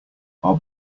our